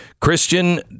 Christian